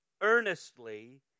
earnestly